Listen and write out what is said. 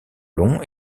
longs